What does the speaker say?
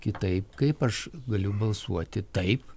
kitaip kaip aš galiu balsuoti taip